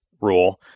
rule